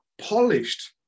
polished